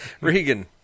Regan